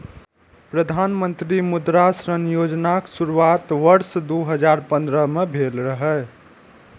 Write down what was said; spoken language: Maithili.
प्रधानमंत्री मुद्रा ऋण योजनाक शुरुआत वर्ष दू हजार पंद्रह में भेल रहै